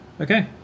Okay